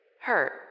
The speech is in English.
Hurt